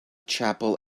chapel